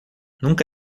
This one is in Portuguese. nunca